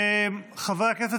חברי הכנסת,